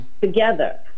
Together